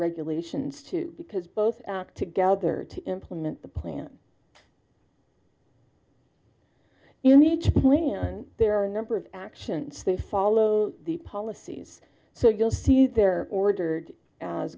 regulations too because both act together to implement the plan in each plan there are a number of actions they follow the policies so you'll see they're ordered as